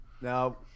Now